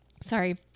Sorry